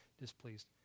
displeased